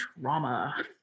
trauma